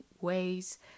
ways